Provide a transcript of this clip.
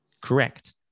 Correct